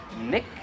Nick